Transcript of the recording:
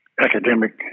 academic